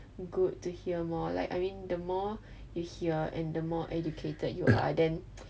good to hear more like I mean the more you hear and the more educated you are then